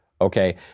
okay